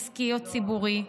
עסקי או ציבורי,